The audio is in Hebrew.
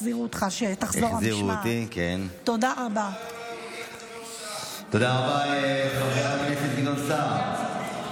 תודה רבה לחברת הכנסת אורית פרקש הכהן.